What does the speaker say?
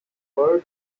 work